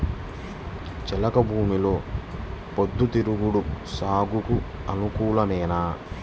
చెలక భూమిలో పొద్దు తిరుగుడు సాగుకు అనుకూలమా?